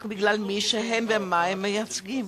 רק בגלל מי שהם ומה שהם מייצגים.